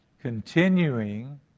continuing